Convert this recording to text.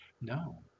No